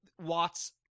Watts